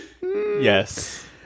Yes